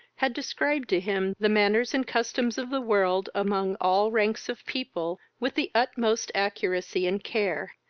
had described to him the manners and customs of the world, among all ranks of people, with the utmost accuracy and care,